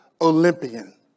Olympian